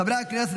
חברי הכנסת,